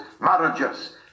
marriages